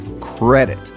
credit